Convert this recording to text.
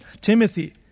Timothy